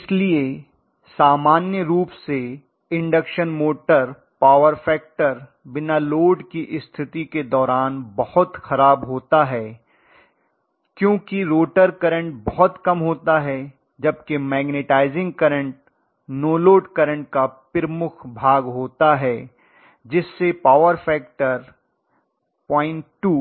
इसलिए सामान्य रूप से इंडक्शन मोटर पावर फैक्टर बिना लोड की स्थिति के दौरान बहुत खराब होता है क्योंकि रोटर करेंट बहुत कम होता है जबकि magnetising current no load current का प्रमुख भाग होता है जिससे पावर फैक्टर 02